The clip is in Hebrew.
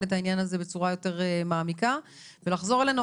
את העניין הזה בצורה יותר מעמיקה ולחזור אלינו.